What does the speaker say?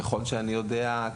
ככל שאני יודע,